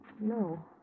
no